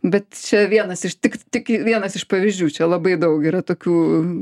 bet čia vienas iš tik tik vienas iš pavyzdžių čia labai daug yra tokių